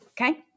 Okay